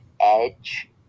edge